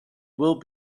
well